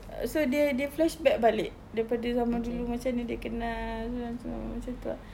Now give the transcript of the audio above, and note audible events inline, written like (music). err so dia dia flashback balik daripada zaman dulu macam mana dia kenal (noise) macam itu lah